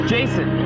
Jason